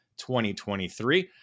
2023